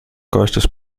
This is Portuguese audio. costas